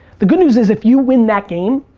the good news is, if you win that game,